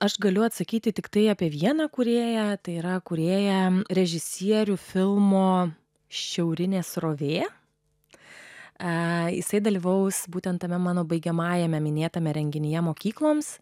aš galiu atsakyti tiktai apie vieną kūrėją tai yra kūrėją režisierių filmo šiaurinė srovė ai jisai dalyvaus būtent tame mano baigiamajame minėtame renginyje mokykloms